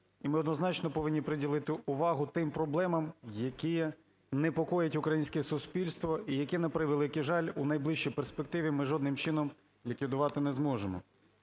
і ми однозначно повинні приділити увагу тим проблемам, які непокоять українське суспільство і які, на превеликий жаль, у найближчій перспективі ми жодним чином ліквідувати не зможемо.